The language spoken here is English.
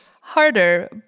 harder